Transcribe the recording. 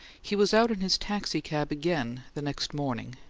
he was out in his taxicab again the next morning,